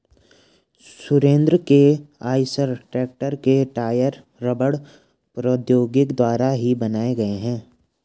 सुरेंद्र के Eicher tractor के tyre रबड़ प्रौद्योगिकी द्वारा ही बनाए गए हैं